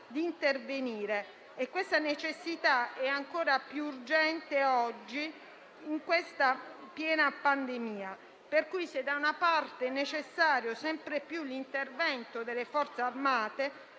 di intervenire, e questa necessità è ancora più urgente oggi, in piena pandemia. Quindi, se da una parte è necessario sempre più l'intervento delle Forze armate,